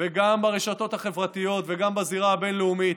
גם ברשתות החברתיות וגם בזירה הבין-לאומית.